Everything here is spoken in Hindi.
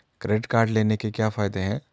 क्रेडिट कार्ड लेने के क्या फायदे हैं?